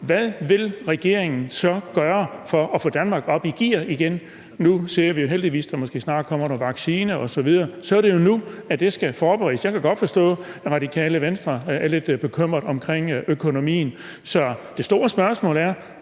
Hvad vil regeringen så gøre for at få Danmark op i gear igen? Nu ser vi jo heldigvis, at der måske snart kommer en vaccine osv. – så er det jo nu, at det skal forberedes. Jeg kan godt forstå, at Radikale Venstre er lidt bekymret omkring økonomien. Så det store spørgsmål er: